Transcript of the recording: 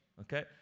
Okay